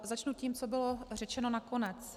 Začnu tím, co bylo řečeno nakonec.